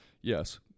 Yes